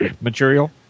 material